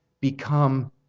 become